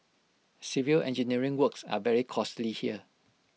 civil engineering works are very costly here